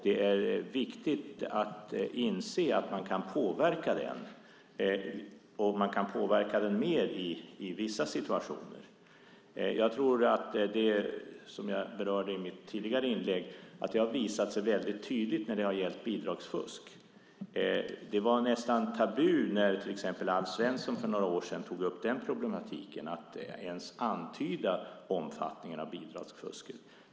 Det är viktigt att inse att man kan påverka den mer i vissa situationer. Det jag berörde i mitt tidigare inlägg har visat sig tydligt när det har gällt bidragsfusk. Det var nästan tabu när Alf Svensson för några år sedan tog upp problemet att ens antyda omfattningen av bidragsfusket.